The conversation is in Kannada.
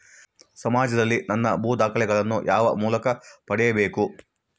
ಸಮಾಜದಲ್ಲಿ ನನ್ನ ಭೂ ದಾಖಲೆಗಳನ್ನು ಯಾವ ಮೂಲಕ ಪಡೆಯಬೇಕು?